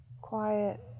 quiet